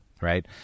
Right